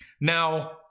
Now